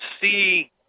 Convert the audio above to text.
see